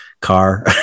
car